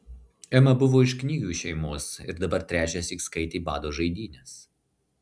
ema buvo iš knygių šeimos ir dabar trečiąsyk skaitė bado žaidynes